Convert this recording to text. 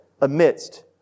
amidst